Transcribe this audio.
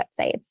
websites